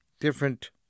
different